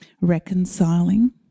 reconciling